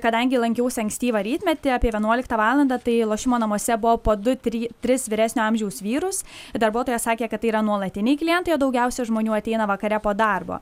kadangi lankiausi ankstyvą rytmetį apie vienuoliktą valandą tai lošimo namuose buvo po du try tris vyresnio amžiaus vyrus darbuotoja sakė kad tai yra nuolatiniai klientai o daugiausiai žmonių ateina vakare po darbo